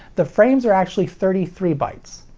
the frames are actually thirty three bytes.